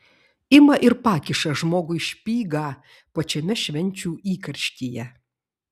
ima ir pakiša žmogui špygą pačiame švenčių įkarštyje